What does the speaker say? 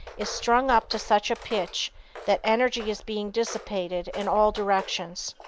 is strung up to such a pitch that energy is being dissipated in all directions.